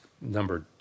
number